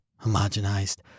homogenized